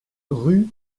rue